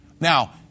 Now